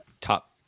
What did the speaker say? top